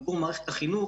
עבור מערכת החינוך,